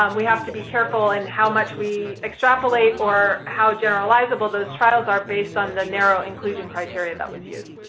um we have to be careful in how much we extrapolate or how generalizable those trials are based on the narrow inclusion criteria that was used.